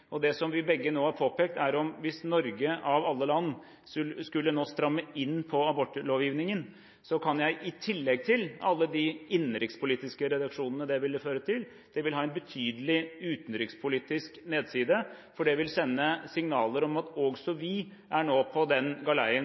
Det som vi begge nå har påpekt, er at hvis Norge, av alle land, nå skulle stramme inn på abortlovgivningen, kan det, i tillegg til alle de innenrikspolitiske reaksjonene det ville føre til, ha en betydelig utenrikspolitisk nedside, for det vil sende signaler om at også vi er nå på den